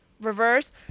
reverse